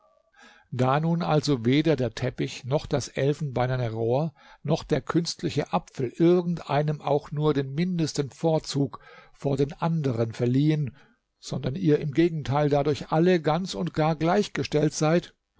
da nun also weder der teppich noch das elfenbeinerne rohr noch der künstliche apfel irgend einem auch nur den mindesten vorzug vor den anderen verliehen sondern ihr im gegenteil dadurch alle ganz und gar gleich gestellt seid